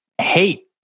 hate